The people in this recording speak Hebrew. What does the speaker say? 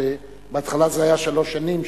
בהתחלה זה היה שלוש שנים,